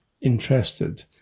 interested